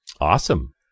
Awesome